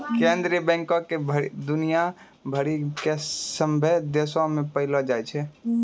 केन्द्रीय बैंको के दुनिया भरि के सभ्भे देशो मे पायलो जाय छै